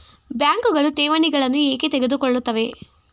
ಬ್ಯಾಂಕುಗಳು ಠೇವಣಿಗಳನ್ನು ಏಕೆ ತೆಗೆದುಕೊಳ್ಳುತ್ತವೆ?